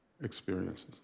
experiences